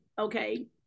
okay